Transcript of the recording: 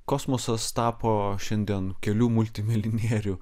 kosmosas tapo šiandien kelių multimilijonierių